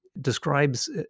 describes